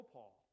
Paul